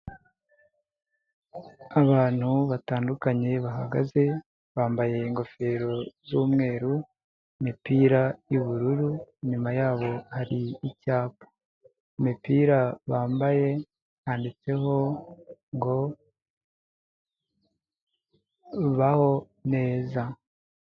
Abantu batandukanye bahagaze bambaye ingofero z'umweru imipira yubururu inyuma yabo hari icyapa imipira bambaye yanditseho ngo baho neza.